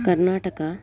कर्नाटकः